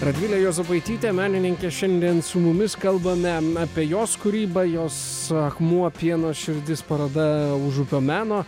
radvilė juozapaitytė menininkė šiandien su mumis kalbame apie jos kūrybą jos akmuo pieno širdis paroda užupio meno